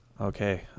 Okay